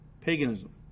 Paganism